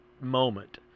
moment